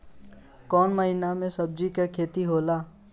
कोउन महीना में सब्जि के खेती होला?